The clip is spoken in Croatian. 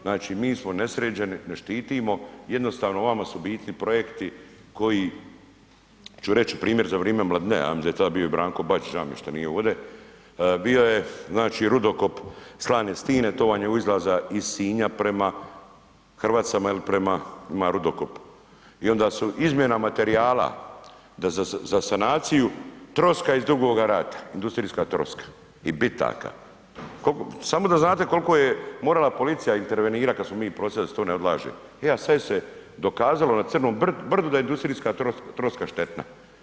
Znači mi smo nesređeni ne štitimo jednostavno vama su biti projekti koji ću reći primjer za vrijeme Mladinea ja mislim da je i tada bio Branko Bačić, ža mi je šta nije ovdje, bio je znači rudokop slane stine to vam je u izlaza iz Sinja prema Hrvacama il prema ima rudokop i onda su izmjena materijala da za sanaciju troska iz Dugoga rata, industrijska troska i bitaka, samo da znate koliko je morala policija intervenirat kad smo mi prosvjedovali da se to ne odlaže, a sad je se dokazalo na Crnom brdu da je industrijska troska štetna.